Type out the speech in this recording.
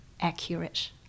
accurate